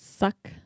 Suck